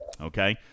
okay